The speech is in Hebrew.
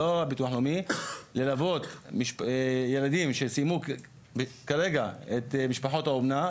לא הביטוח הלאומי ללוות ילדים שסיימו כרגע את משפחות האומנה,